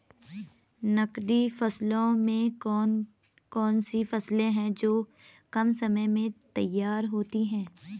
नकदी फसलों में कौन सी फसलें है जो कम समय में तैयार होती हैं?